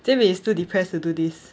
jie min is too depressed to do this